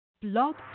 Blog